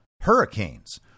hurricanes